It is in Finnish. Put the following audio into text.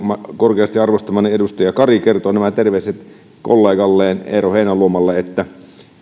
korkeasti arvostamani edustaja kari kertoo nämä terveiset kollegalleen eero heinäluomalle niin